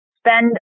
spend